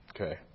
okay